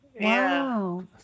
wow